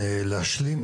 אני רוצה להשלים.